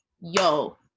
yo